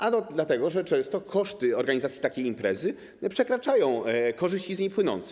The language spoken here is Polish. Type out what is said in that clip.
Ano dlatego, że często koszty organizacji takiej imprezy przekraczają korzyści z niej płynące.